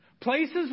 Places